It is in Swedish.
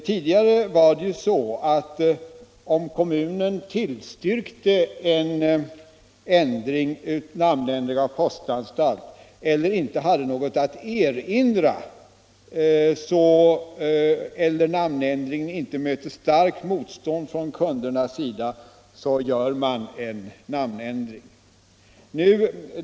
Tidigare gällde att, om kommunen tillstyrkte eller inte hade något att erinra mot en nämnändring av postanstalt eller namnändringen inte mötte starkt motstånd bland kunderna, kunde denna namnändring genomföras.